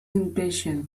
impatient